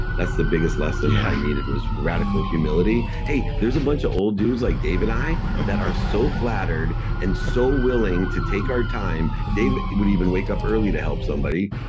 that's the biggest lesson i needed, was radical humility. hey, there's a bunch of old dudes like dave and i that are so flattered and so willing to take our time. dave would even wake up early to help somebody.